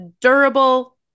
durable